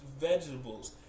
vegetables